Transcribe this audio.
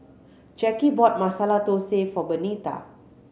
Jacky bought Masala Thosai for Benita